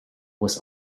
was